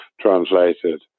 translated